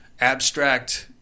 abstract